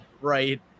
right